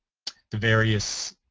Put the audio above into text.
the various